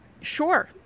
Sure